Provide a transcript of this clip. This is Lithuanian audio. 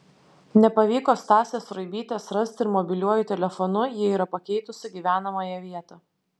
nepavyko stasės ruibytės rasti ir mobiliuoju telefonu ji yra pakeitusi gyvenamąją vietą